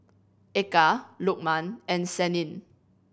Eka Lukman and Senin